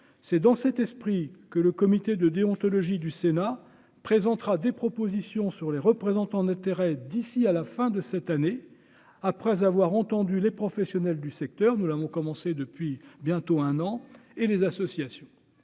c'est dans cet esprit que le comité de déontologie du Sénat présentera des propositions sur les représentants d'intérêts d'ici à la fin de cette année, après avoir entendu les professionnels du secteur, nous l'avons commencé depuis bientôt un an et les associations,